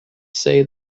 say